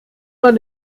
man